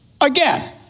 Again